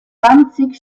danzig